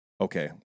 okay